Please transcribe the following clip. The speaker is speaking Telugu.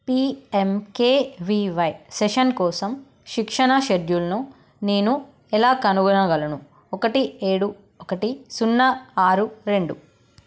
P M K V Y session కోసం శిక్షణా షెడ్యూల్ను నేను ఎలా కనుగొనగలను ఒకటి ఏడు ఒకటి సున్నా ఆరు రెండు